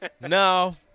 No